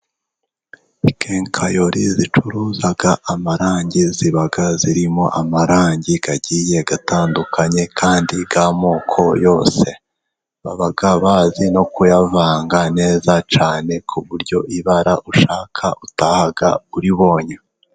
Kenkakayori zicuruza amarangi, ziba zirimo amarangi agiye atandukanye kandi y'amoko yose, baba bazi no kuyavanga neza cyane, ku buryo ibara ushaka utaha uribonye.